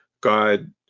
God